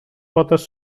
potes